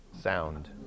sound